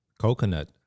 coconut